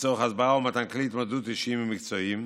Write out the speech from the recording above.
לצורך הסברה ומתן כלי התמודדות אישיים ומקצועיים,